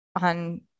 on